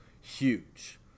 huge